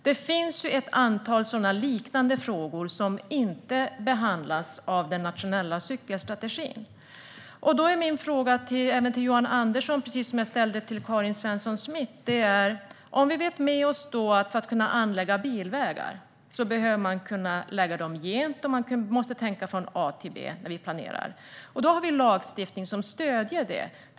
Det finns ett antal liknande frågor som inte behandlas av den nationella cykelstrategin, och därför har jag en fråga till Johan Andersson precis som jag hade till Karin Svensson Smith. När det gäller anläggning av bilvägar behöver man kunna lägga dem gent, och man måste tänka från A till B när man planerar. Det vet vi, och vi har lagstiftning som stöder det.